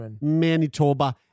Manitoba